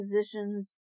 positions